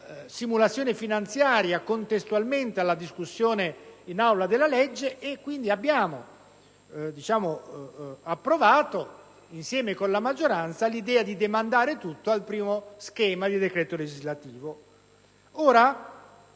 simulazione finanziaria contestualmente alla discussione in Aula della legge e, quindi, abbiamo approvato, insieme alla maggioranza, l'idea di demandare tutto al primo schema di decreto legislativo.